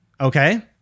Okay